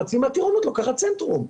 חצי מהטירונות לוקחת צנטרום.